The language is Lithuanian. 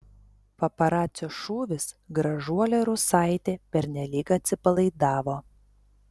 paparacio šūvis gražuolė rusaitė pernelyg atsipalaidavo